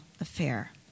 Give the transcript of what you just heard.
affair